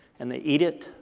and they eat it,